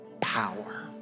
power